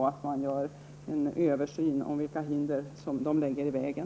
Man bör göra en översyn av vilka hinder dessa lägger i vägen.